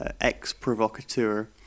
ex-provocateur